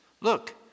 Look